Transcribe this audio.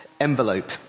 envelope